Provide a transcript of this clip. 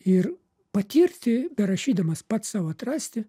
ir patirti berašydamas pats sau atrasti